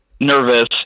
nervous